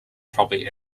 probably